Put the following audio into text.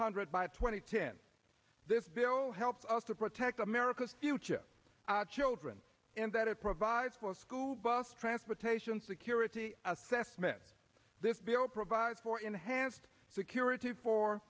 hundred by twenty ten this bill helps us to protect america's future children in that it provides for school bus transportation security assessment this bill provides for enhanced security for